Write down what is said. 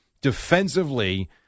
defensively